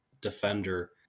defender